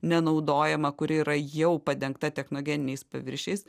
nenaudojama kuri yra jau padengta technogeniniais paviršiais